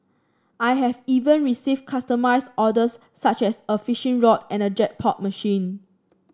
I have even receive customised orders such as a fishing rod and a jackpot machine